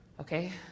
okay